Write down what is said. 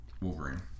Wolverine